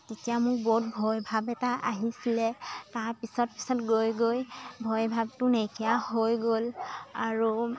তেতিয়া মোক বহুত ভয়ভাৱ এটা আহিছিলে তাৰপিছত পিছত গৈ গৈ ভয়ভাৱটো নাইকিয়া হৈ গ'ল আৰু